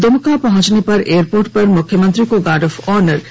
दुमका पहुंचने पर एयरपोर्ट पर मुख्यमंत्री को गार्ड ऑफ ऑनर दिया गया